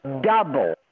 double